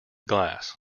glass